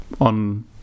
on